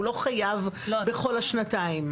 הוא לא חייב בכל השנתיים.